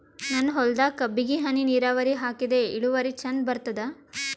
ನನ್ನ ಹೊಲದಾಗ ಕಬ್ಬಿಗಿ ಹನಿ ನಿರಾವರಿಹಾಕಿದೆ ಇಳುವರಿ ಚಂದ ಬರತ್ತಾದ?